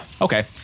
Okay